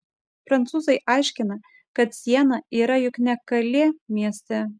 prancūzai aiškina kad siena yra juk ne kalė mieste